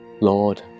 Lord